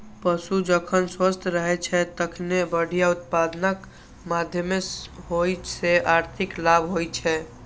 पशु जखन स्वस्थ रहै छै, तखने बढ़िया उत्पादनक माध्यमे ओइ सं आर्थिक लाभ होइ छै